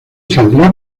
saldrá